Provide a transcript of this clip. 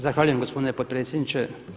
Zahvaljujem gospodine potpredsjedniče.